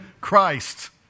Christ